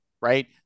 Right